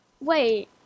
Wait